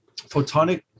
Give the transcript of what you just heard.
photonic